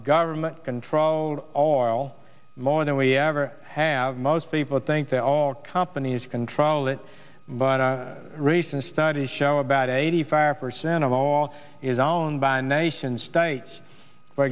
government controlled all more than we ever have most people think that all companies control it but recent studies show about eighty five percent of all is owned by nations states for